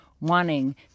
Wanting